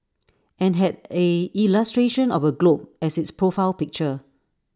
and had A illustration of A globe as its profile picture